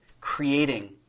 creating